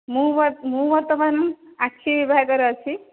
ମୁଁ ମୁଁ ବର୍ତ୍ତମାନ ଆଖି ବିଭାଗରେ ଅଛି